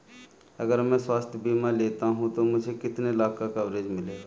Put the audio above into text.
अगर मैं स्वास्थ्य बीमा लेता हूं तो मुझे कितने लाख का कवरेज मिलेगा?